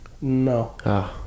No